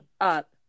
up